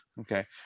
Okay